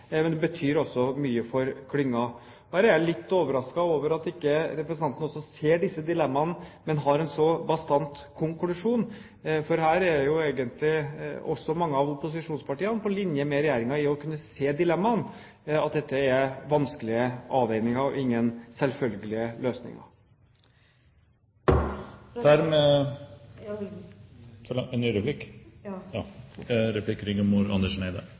men har en så bastant konklusjon. For her er jo egentlig også mange av opposisjonspartiene på linje med regjeringen i å kunne se dilemmaene – at dette er vanskelige avveininger, og det er ingen selvfølgelige løsninger. Jeg ser selvfølgelig de utfordringene som du nevner, men det må jo også være en utfordring for